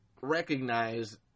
recognize